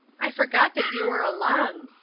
i forgot that you were along,